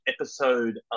episode